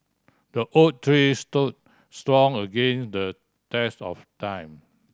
the oak tree stood strong against the test of time